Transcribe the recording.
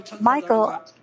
Michael